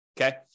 Okay